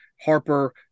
Harper